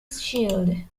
shield